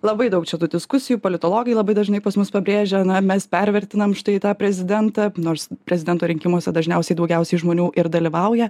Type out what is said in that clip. labai daug čia tų diskusijų politologai labai dažnai pas mus pabrėžia na mes pervertinam štai tą prezidentą nors prezidento rinkimuose dažniausiai daugiausiai žmonių ir dalyvauja